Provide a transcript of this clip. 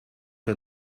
het